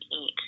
eat